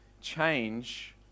change